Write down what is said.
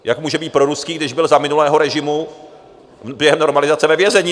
Jak může být proruský, když byl za minulého režimu během normalizace naopak ve vězení?